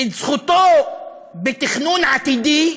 את זכותו בתכנון עתידי,